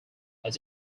its